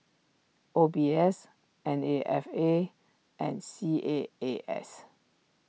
O B S N A F A and C A A S